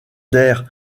der